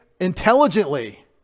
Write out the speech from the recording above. intelligently